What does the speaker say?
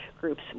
groups